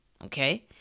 Okay